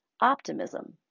optimism